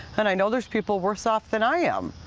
and i know there's people worse off than i am.